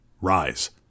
rise